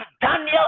Daniel